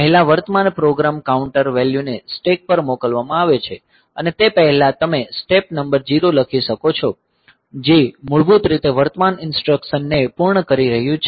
પહેલા વર્તમાન program counter વેલ્યુને સ્ટેક પર મોકલવામાં આવે છે અને તે પહેલા તમે સ્ટેપ નંબર 0 લખી શકો છો જે મૂળભૂત રીતે વર્તમાન ઇન્સટ્રકસન ને પૂર્ણ કરી રહ્યું છે